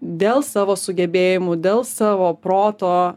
dėl savo sugebėjimų dėl savo proto